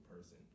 person